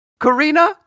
Karina